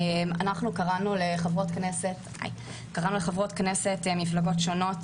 אנחנו קראנו לחברות כנסת ממפלגות שונות